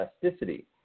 plasticity